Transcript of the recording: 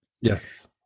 Yes